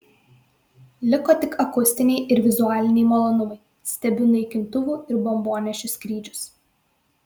liko tik akustiniai ir vizualiniai malonumai stebiu naikintuvų ir bombonešių skrydžius